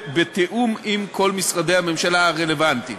בתיאום עם כל משרדי הממשלה הרלוונטיים.